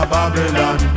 Babylon